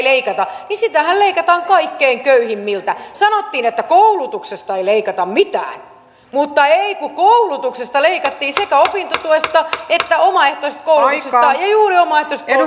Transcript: leikata niin leikataan kaikkein köyhimmiltä sanottiin että koulutuksesta ei leikata mitään mutta ei kun koulutuksesta leikattiin sekä opintotuesta että omaehtoisesta koulutuksesta ja juuri omaehtoisesta